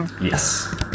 Yes